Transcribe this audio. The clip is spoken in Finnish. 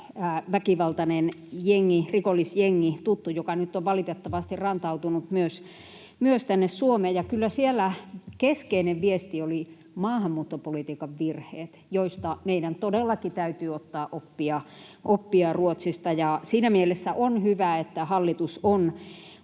väkivaltainen rikollisjengi, joka nyt on valitettavasti rantautunut myös tänne Suomeen. Ja kyllä siellä keskeinen viesti oli maahanmuuttopolitiikan virheet, joista meidän todellakin täytyy ottaa oppia Ruotsista. Siinä mielessä on hyvä, että hallitus on